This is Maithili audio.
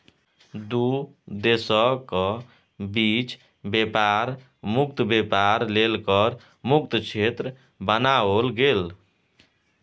दू देशक बीच बेपार मुक्त बेपार लेल कर मुक्त क्षेत्र बनाओल गेल